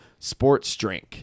SPORTSDRINK